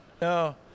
No